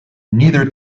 neither